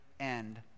End